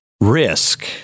risk